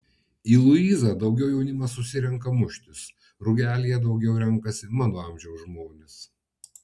į luizą daugiau jaunimas susirenka muštis rugelyje daugiau renkasi mano amžiaus žmonės